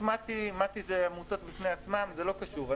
מת"י זה עמותות בפני עצמן, זה לא קשור.